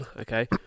Okay